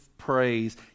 praise